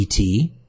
ET